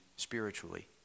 Spiritually